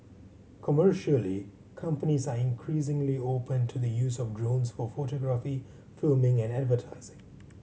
commercially companies are increasingly open to the use of drones for photography filming and advertising